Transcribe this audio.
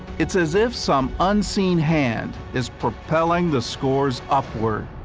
it's as if some unseen hand is propelling the scores upward.